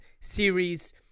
series